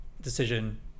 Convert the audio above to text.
decision